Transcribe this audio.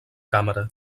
càmera